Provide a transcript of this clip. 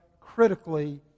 critically